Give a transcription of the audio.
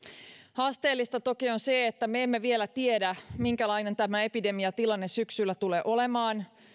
haasteellista toki on että me emme vielä tiedä minkälainen epidemiatilanne syksyllä tulee olemaan